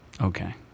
Okay